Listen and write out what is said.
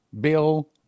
Bill